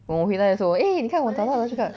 我们回来的时候 eh 你看我找到了这个